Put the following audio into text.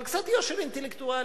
אבל קצת יושר אינטלקטואלי.